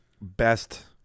Best